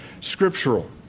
scriptural